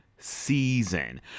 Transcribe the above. season